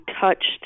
touched